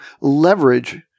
leverage